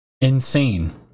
Insane